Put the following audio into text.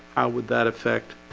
how would that affect?